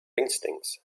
instincts